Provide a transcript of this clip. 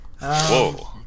whoa